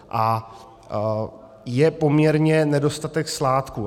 A je poměrně nedostatek sládků.